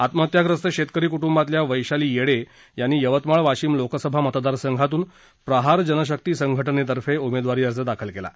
आत्महत्याप्रस्त शेतकरी कूट्रंबातल्या वैशाली येडे यांनी यवतमाळ वाशिम लोकसभा मतदारसंघातून प्रहार जनशक्ती संघटनेतफे उमेदवारी अर्ज दाखल केला आहे